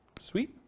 Sweet